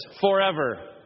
forever